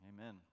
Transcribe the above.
Amen